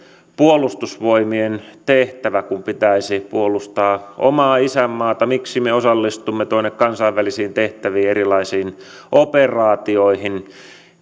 puolustusvoimien tehtävä kun pitäisi puolustaa omaa isänmaata miksi me osallistumme tuonne kansainvälisiin tehtäviin ja erilaisiin operaatioihin